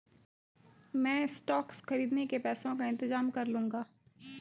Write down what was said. मैं स्टॉक्स खरीदने के पैसों का इंतजाम कर लूंगा